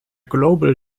global